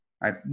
Right